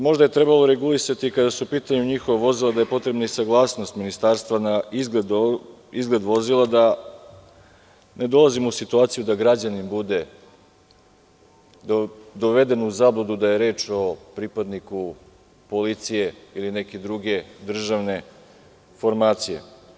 Možda je trebalo regulisati kada su u pitanju njihova vozila da je potrebna i saglasnost Ministarstva na izgled vozila, da ne dolazimo u situaciju da građanin bude doveden u zabludu da je reč o pripadniku policije ili neke druge državne formacije.